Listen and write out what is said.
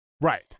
Right